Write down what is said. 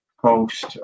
Post